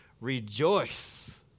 rejoice